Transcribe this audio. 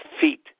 feet